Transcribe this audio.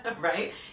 right